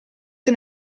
che